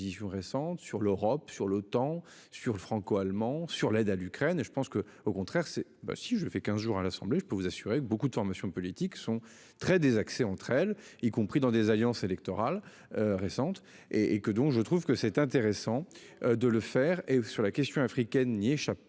récentes sur l'Europe sur le temps sur le franco-allemand sur l'aide à l'Ukraine et je pense que au contraire c'est bah si je fais 15 jours à l'Assemblée, je peux vous assurer que beaucoup de formations politiques sont très des accès entre elles y compris dans des alliances électorales. Récentes et et que donc je trouve que c'est intéressant de le faire et sur la question africaine n'y échappe pas